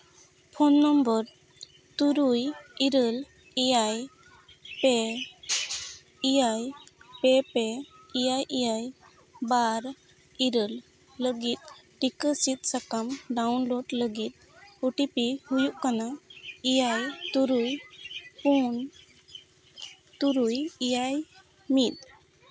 phone number ᱛᱩᱨᱩᱭ ᱤᱨᱟᱹᱞ ᱮᱭᱟᱭ ᱯᱮ ᱤᱭᱟᱭ ᱯᱮ ᱯᱮ ᱮᱭᱟᱭ ᱮᱭᱟᱭ ᱵᱟᱨ ᱤᱨᱟᱹᱞ ᱞᱟᱹᱜᱤᱫ ᱴᱤᱠᱟᱹ ᱥᱤᱫᱽ ᱥᱟᱠᱟᱢ ᱰᱟᱣᱩᱱᱞᱳᱰ ᱞᱟᱹᱜᱤᱫ ᱳ ᱴᱤ ᱯᱤ ᱦᱩᱭᱩᱜ ᱠᱟᱱᱟ ᱮᱭᱟᱭ ᱛᱩᱨᱩᱭ ᱯᱩᱱ ᱛᱩᱨᱩᱭ ᱮᱭᱟᱭ ᱢᱤᱫ